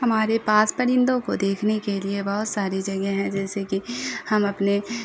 ہمارے پاس پرندوں کو دیکھنے کے لیے بہت ساری جگہیں ہیں جیسے کہ ہم اپنے